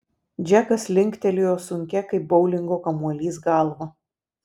džekas linktelėjo sunkia kaip boulingo kamuolys galva